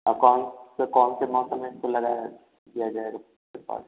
आ कौन से कौनसे मौसम में इसको लगाया दिया जाएगा